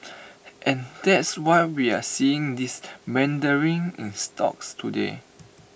and that's why we're seeing this meandering in stocks today